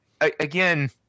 again